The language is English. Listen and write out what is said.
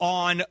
on